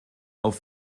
auf